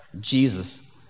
Jesus